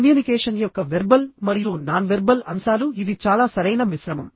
communication యొక్క verbal మరియు non verbal అంశాలు ఇది చాలా సరైన మిశ్రమం